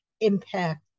impact